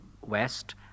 West